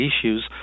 issues